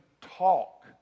talk